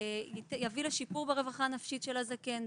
יביא לשיפור ברווחה הנפשית של הזקן,